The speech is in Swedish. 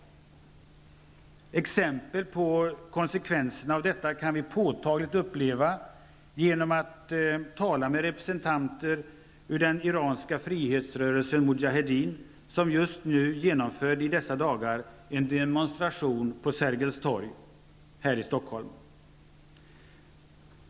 Exempel på konsekvenserna av detta kan vi påtagligt uppleva, om vi talar med representanter för den iranska frihetsrörelsen Mujahedin som just i dessa dagar genomför en demonstration på Sergels torg här i Stockholm.